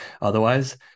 Otherwise